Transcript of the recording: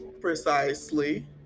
Precisely